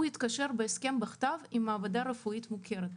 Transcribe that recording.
הוא התקשר בהסכם בכתב עם מעבדה רפואית מוכרת,